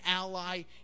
ally